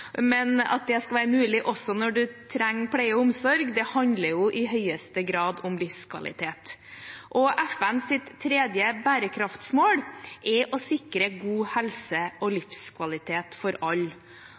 det skal være mulig også når man trenger pleie og omsorg – handler i høyeste grad om livskvalitet. FNs tredje bærekraftsmål er å sikre